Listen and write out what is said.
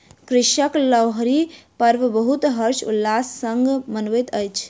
कृषक लोहरी पर्व बहुत हर्ष उल्लास संग मनबैत अछि